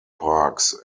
parks